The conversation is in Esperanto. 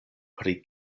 pri